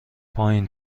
پایین